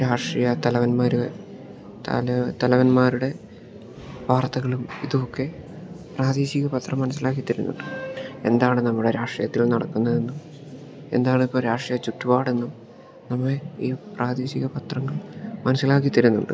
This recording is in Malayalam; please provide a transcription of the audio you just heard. രാഷ്ട്രീയ തലവന്മാര് തല തലവന്മാരുടെ വാർത്തകളും ഇതുവൊക്കെ പ്രാദേശിക പത്രം മനസ്സിലാക്കി തരുന്നുണ്ട് എന്താണ് നമ്മുടെ രാഷ്ട്രീയത്തിൽ നടക്കുന്നതെന്നും എന്താണിപ്പോൾ രാഷ്ട്രീയ ചുറ്റുപാടെന്നും നമ്മെ ഈ പ്രാദേശിക പത്രങ്ങൾ മനസ്സിലാക്കി തരുന്നുണ്ട്